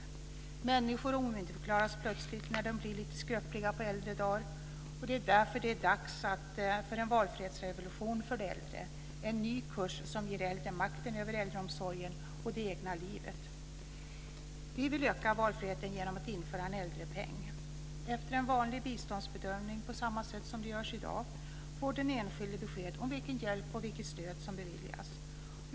Människor omyndigförklaras plötsligt när de blir lite skröpliga på äldre dagar. Det är därför dags för en valfrihetsrevolution för de äldre, en ny kurs som ger äldre makten över äldreomsorgen och det egna livet. Vi vill öka valfriheten genom att införa en äldrepeng efter en vanlig biståndsbedömning. På samma sätt som i dag får sedan den enskilde besked om vilken hjälp och vilket stöd som beviljas.